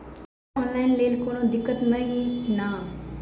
Sir online लैल कोनो दिक्कत न ई नै?